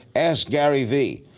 askgaryvee.